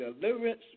deliverance